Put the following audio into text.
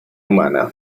humana